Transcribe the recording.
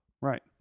Right